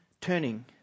Turning